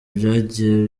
byagiye